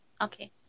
Okay